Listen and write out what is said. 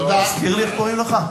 תזכיר לי איך קוראים לך?